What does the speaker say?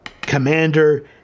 Commander